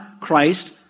Christ